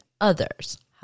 others